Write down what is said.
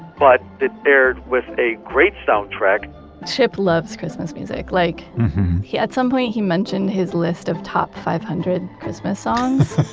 but it aired with a great soundtrack chip loves christmas music. like he, at some point, he mentioned his list of top five hundred christmas songs.